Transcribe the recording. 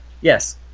Yes